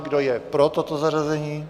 Kdo je pro toto zařazení?